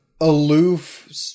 aloof